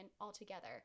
altogether